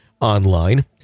online